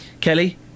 Kelly